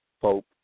Pope